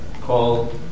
call